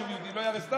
יישוב יהודי לא ייהרס?